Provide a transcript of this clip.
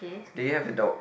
do you have a dog